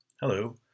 Hello